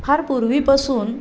फार पूर्वीपासून